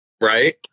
Right